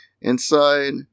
Inside